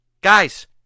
Guys